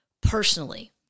personally